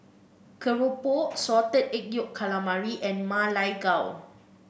keropok Salted Egg Yolk Calamari and Ma Lai Gao